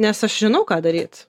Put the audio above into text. nes aš žinau ką daryt